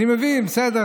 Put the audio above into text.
אני מבין, בסדר.